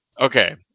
Okay